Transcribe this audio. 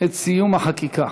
סיום החקיקה.